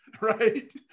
right